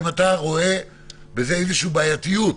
אם אתה רואה בזה איזושהי בעייתיות,